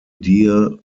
deer